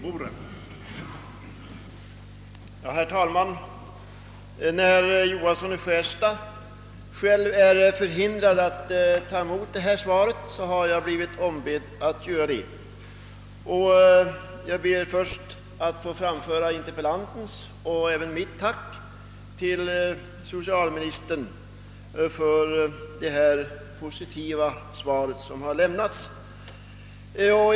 Herr talman! Enär herr Johansson i Skärstad är förhindrad att själv ta emot detta svar har jag blivit ombedd att göra det. Jag ber därför först att få framföra interpellantens och även mitt tack till socialministern för det positiva svar som har lämnats.